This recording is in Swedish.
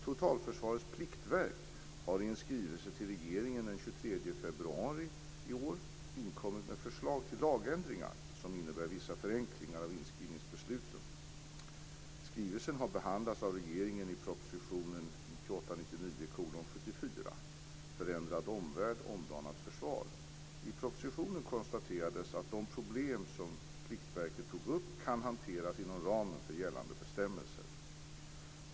Totalförsvarets pliktverk har i en skrivelse till regeringen den 23 februari 1999 inkommit med förslag till lagändringar som innebär vissa förenklingar av inskrivningsbesluten. Skrivelsen har behandlats av regeringen i propositionen 1998/99:74 Förändrad omvärld - omdanat försvar. I propositionen konstaterades att de problem som Totalförsvarets pliktverk tog upp kan hanteras inom ramen för gällande bestämmelser.